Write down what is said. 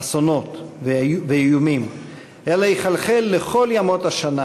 אסונות ואיומים אלא יחלחל לכל ימות השנה,